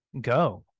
go